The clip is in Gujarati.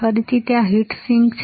અને ફરીથી ત્યાં હીટ સિંક છે